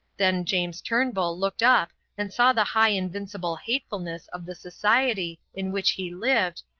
then james turnbull looked up and saw the high invincible hatefulness of the society in which he lived,